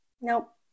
Nope